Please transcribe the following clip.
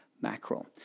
mackerel